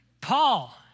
Paul